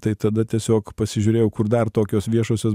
tai tada tiesiog pasižiūrėjau kur dar tokios viešosios